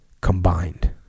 combined